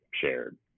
shared